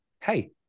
hey